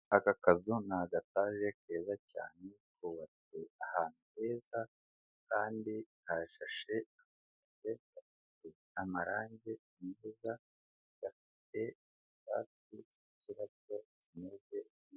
Aka kazu ni agataje keza cyane kubatse ahantu heza kandi hashashe amapave, gasize amarangi, imbuga gafite utwatsi n'uturabyo tumeze neza.